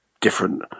different